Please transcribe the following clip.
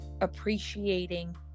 appreciating